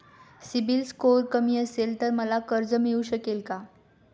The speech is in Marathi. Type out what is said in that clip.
सिबिल स्कोअर कमी असेल तर मला कर्ज मिळू शकेल का?